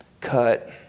cut